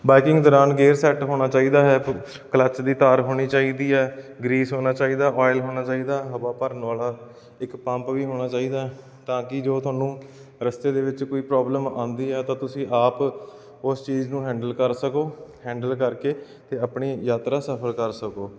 biking ਦੌਰਾਨ gear set ਹੋਣਾ ਚਾਹੀਦਾ ਹੈ ਕਲੱਚ ਦੀ ਤਾਰ ਹੋਣੀ ਚਾਹੀਦੀ ਹੈ ਗਰੀਸ ਹੋਣਾ ਚਾਹੀਦਾ ਆਇਲ ਹੋਣਾ ਚਾਹੀਦਾ ਹਵਾ ਭਰਨ ਵਾਲਾ ਇੱਕ ਪੰਪ ਵੀ ਹੋਣਾ ਚਾਹੀਦਾ ਤਾਂ ਕਿ ਜੋ ਤੁਹਾਨੂੰ ਰਸਤੇ ਦੇ ਵਿੱਚ ਕੋਈ ਪ੍ਰੋਬਲਮ ਆਉਂਦੀ ਹੈ ਤਾਂ ਤੁਸੀਂ ਆਪ ਉਸ ਚੀਜ਼ ਨੂੰ ਹੈਂਡਲ ਕਰ ਸਕੋ ਹੈਂਡਲ ਕਰਕੇ ਅਤੇ ਆਪਣੀ ਯਾਤਰਾ ਸਫਲ ਕਰ ਸਕੋ